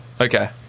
Okay